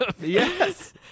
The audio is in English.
Yes